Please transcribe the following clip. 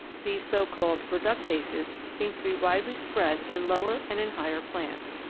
these so-called reductases seem to be widely spread in lower and in higher plants.